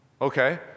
Okay